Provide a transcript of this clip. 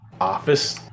office